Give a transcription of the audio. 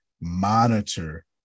monitor